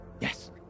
Yes